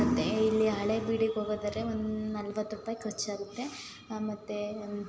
ಮತ್ತು ಇಲ್ಲಿ ಹಳೆಬೀಡಿಗೆ ಹೋಗೋದಾದ್ರೆ ಒಂದು ನಲವತ್ತು ರೂಪಾಯಿ ಖರ್ಚಾಗುತ್ತೆ ಮತ್ತು